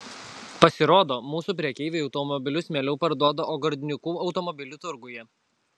pasirodo mūsų prekeiviai automobilius mieliau parduoda ogorodnikų automobilių turguje